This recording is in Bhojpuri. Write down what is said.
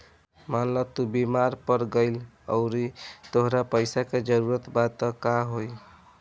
मान ल तू बीमार पड़ गइलू अउरी तहरा पइसा के जरूरत बा त का होइ